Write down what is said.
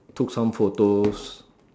took some photos